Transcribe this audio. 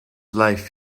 life